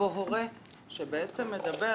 ופה הורה שבעצם מדבר